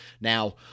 now